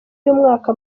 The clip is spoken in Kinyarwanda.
y’umwaka